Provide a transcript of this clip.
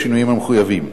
בשינויים המחויבים.